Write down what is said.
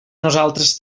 nosaltres